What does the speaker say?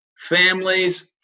families